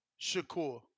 Shakur